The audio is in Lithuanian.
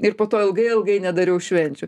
ir po to ilgai ilgai nedariau švenčių